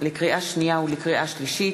לקריאה שנייה ולקריאה שלישית,